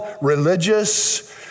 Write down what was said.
religious